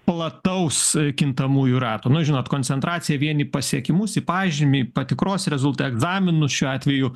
plataus kintamųjų rato nu žinot koncentracija vien į pasiekimus į pažymį patikros rezultat egzaminus šiuo atveju